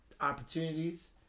opportunities